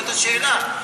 זאת השאלה.